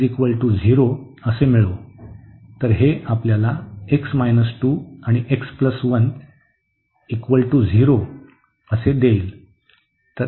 तर हे आपल्याला x 2 आणि x 1 बरोबर 0 असे देईल